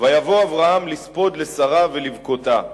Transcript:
ויבא אברהם לספוד לשרה ולבכתה.